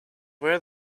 wear